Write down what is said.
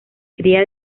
cría